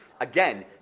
again